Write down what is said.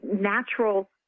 natural